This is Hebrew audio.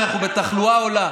כשאנחנו בתחלואה עולה,